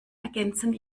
ergänzen